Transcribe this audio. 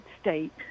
state